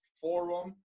forum